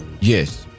Yes